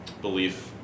belief